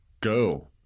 go